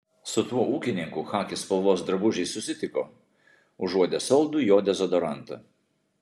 su tuo ūkininku chaki spalvos drabužiais susitiko užuodė saldų jo dezodorantą